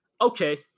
Okay